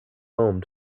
home